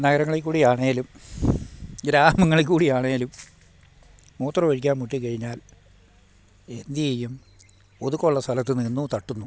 നഗരങ്ങളിൽ കൂടി ആണെങ്കിലും ഗ്രാമങ്ങളിൽ കൂടി ആണെങ്കിലും മൂത്രമൊഴിക്കാൻ മുട്ടി കഴിഞ്ഞാൽ എന്തു ചെയ്യും ഒതുക്കമുള്ള സ്ഥലത്തു നിന്നു തട്ടുന്നു